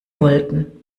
wollten